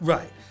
Right